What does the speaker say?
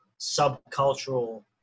subcultural